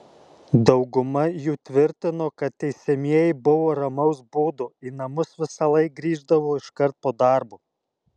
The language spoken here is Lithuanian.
dauguma jų tvirtino kad teisiamieji buvę ramaus būdo į namus visąlaik grįždavo iškart po darbo